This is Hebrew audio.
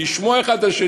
לשמוע זה את זה,